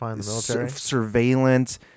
surveillance